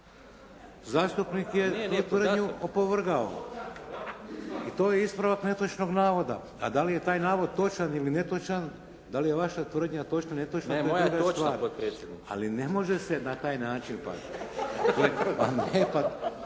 zastupnik je opovrgao. I to je ispravak netočnog navoda, a dali je taj navod točan ili netočan. Dali je vaša tvrdnja točna ili netočna. … /Upadica: Moja je točna potpredsjedniče./ … Ali ne može se na taj način.